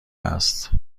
است